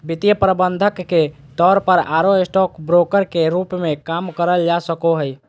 वित्तीय प्रबंधक के तौर पर आरो स्टॉक ब्रोकर के रूप मे काम करल जा सको हई